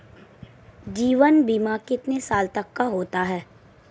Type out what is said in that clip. जीवन बीमा कितने साल तक का होता है?